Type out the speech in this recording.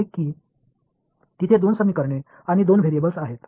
எனவே இரண்டு சமன்பாடுகள் மற்றும் இரண்டு மாறிகள் போன்றது